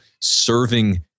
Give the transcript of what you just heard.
serving